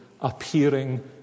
appearing